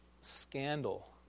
scandal